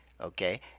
okay